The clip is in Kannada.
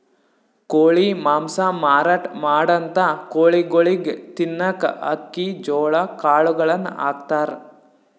ಕೋಳಿ ಮಾಂಸ ಮಾರಾಟ್ ಮಾಡಂಥ ಕೋಳಿಗೊಳಿಗ್ ತಿನ್ನಕ್ಕ್ ಅಕ್ಕಿ ಜೋಳಾ ಕಾಳುಗಳನ್ನ ಹಾಕ್ತಾರ್